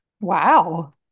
Wow